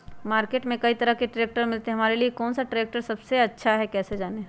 Market में कई तरह के ट्रैक्टर मिलते हैं हमारे लिए कौन सा ट्रैक्टर सबसे अच्छा है कैसे जाने?